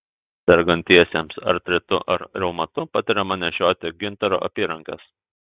sergantiesiems artritu ar reumatu patariama nešioti gintaro apyrankes